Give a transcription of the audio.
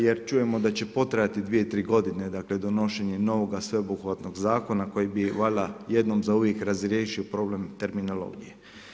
Jer čujemo da će potrajati dvije, tri godine dakle donošenje novoga sveobuhvatnog zakona koji bi valjda jednom za uvijek razriješio problem terminologije.